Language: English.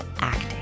acting